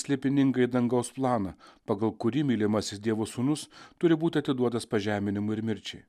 slėpiningąjį dangaus planą pagal kurį mylimasis dievo sūnus turi būti atiduotas pažeminimui ir mirčiai